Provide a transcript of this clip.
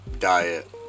diet